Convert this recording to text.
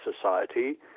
society